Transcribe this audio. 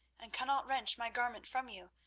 and cannot wrench my garment from you,